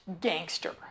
gangster